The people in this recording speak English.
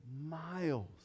miles